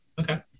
Okay